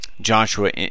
Joshua